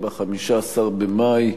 ב-15 במאי,